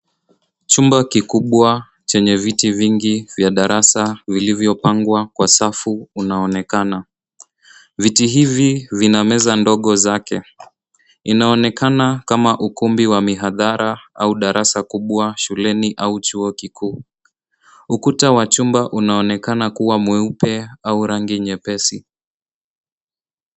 Chumba kikubwa chenye viti vingi vya darasa vilvyopangwa kwa safu unaonekana. Viti hivi vina meza ndogo zake. Inaonekana kama ukumbi wa mihadhara au darasa kubwa shuleni au chuo kikuu. Ukuta wa chumba unaonekana kuwa mweupe au rangi nyepesi.